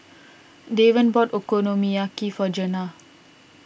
Devan bought Okonomiyaki for Gena